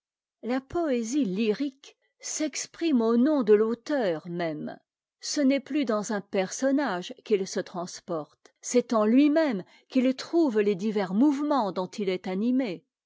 la poésie lyrique s'exprime au nom de fauteur même ce n'est plus dans un personnage qu'il se transporte c'est en lui-même qu'il trouve les divers mouvements dont il est animé